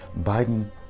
Biden